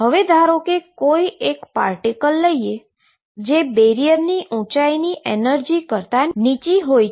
હવે ધારો કે કોઈ એક પાર્ટીકલ લઈએ જે બેરીઅરની ઉંચાઈની એનર્જી કરતાં નીચી હોય છે